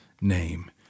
name